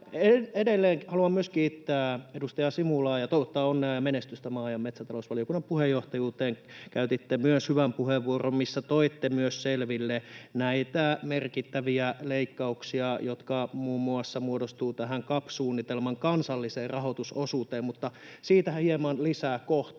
Edelleen haluan myös kiittää edustaja Simulaa ja toivottaa onnea ja menestystä maa- ja metsätalousvaliokunnan puheenjohtajuuteen. Käytitte myös hyvän puheenvuoron, missä toitte selville näitä merkittäviä leikkauksia, jotka muun muassa muodostuvat tämän CAP-suunnitelman kansalliseen rahoitusosuuteen, mutta siitä hieman lisää kohta.